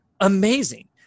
amazing